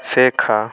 শেখা